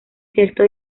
cierto